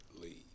leave